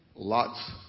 Lots